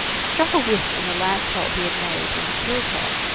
struck a whiff in the lance-hole he had made when he killed her,